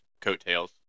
coattails